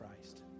Christ